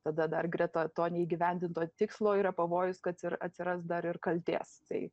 tada dar greta to neįgyvendinto tikslo yra pavojus kad ir atsiras dar ir kaltės tai